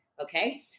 okay